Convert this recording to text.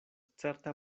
certa